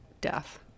death